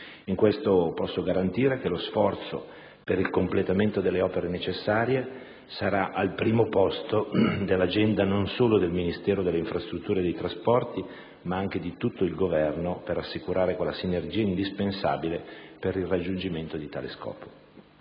di vista posso garantire che lo sforzo per il completamento delle opere necessarie sarà al primo posto dell'agenda non solo del Ministero delle infrastrutture e dei trasporti, ma anche di tutto il Governo per assicurare quella sinergia indispensabile per il raggiungimento di tale scopo.